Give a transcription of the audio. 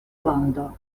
lando